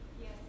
Yes